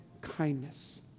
kindness